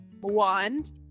wand